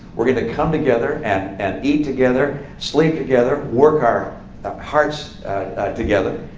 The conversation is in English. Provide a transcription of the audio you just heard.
we're going to come together, and and eat together, sleep together, work our hearts together.